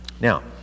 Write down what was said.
Now